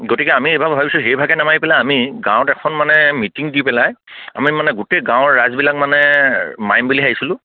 গতিকে আমি এইবাৰ ভাবিছোঁ সেইভাগে নেমাৰি পেলাই আমি গাঁৱত এখন মানে মিটিং দি পেলাই আমি মানে গোটেই গাঁৱৰ ৰাইজবিলাক মানে মাৰিম বুলি ভাবিছিলোঁ